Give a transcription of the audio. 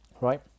right